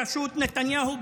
בראשות נתניהו,